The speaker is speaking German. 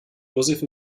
joseph